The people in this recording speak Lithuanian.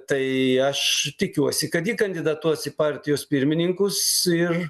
tai aš tikiuosi kad ji kandidatuos į partijos pirmininkus ir